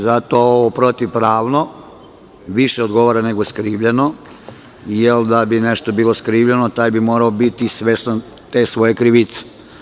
Zato ovo "protivpravno" više odgovara nego "skrivljeno", jer da bi nešto bilo skrivljeno, taj bi morao biti svestan te svoje krivice.